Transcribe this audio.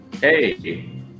Hey